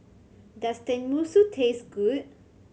does Tenmusu taste good